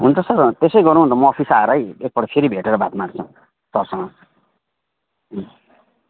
हुन्छ सर त्यसै गरौँ न त म अफिस आएरै एकपल्ट फेरि भेटेर बात मार्छौँ सरसँग